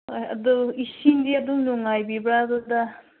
ꯍꯣꯏ ꯑꯗꯨ ꯏꯁꯤꯡꯗꯤ ꯑꯗꯨꯝ ꯅꯨꯉꯥꯏꯕ꯭ꯔ ꯑꯗꯨꯗ